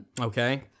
Okay